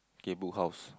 okay book house